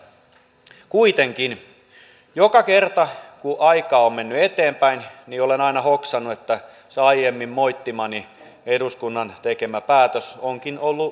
kuitenkin joka kerta kun aikaa on mennyt eteenpäin olen aina hoksannut että se aiemmin moittimani eduskunnan tekemä päätös onkin ollut hyvä asia